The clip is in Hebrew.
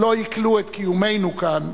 לא עיכלו את קיומנו כאן,